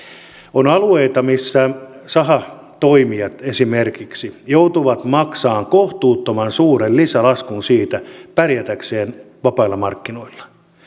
on alueita missä sahatoimijat esimerkiksi joutuvat maksamaan kohtuuttoman suuren lisälaskun pärjätäkseen vapailla markkinoilla